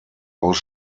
aus